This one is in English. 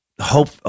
hope